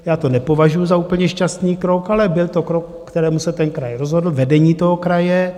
Já to nepovažuji za úplně šťastný krok, ale byl to krok, ke kterému se ten kraj rozhodl, vedení toho kraje.